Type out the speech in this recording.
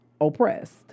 oppressed